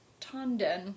Tanden